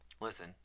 Listen